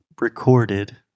recorded